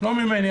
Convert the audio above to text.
לא ממני,